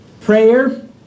Prayer